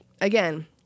again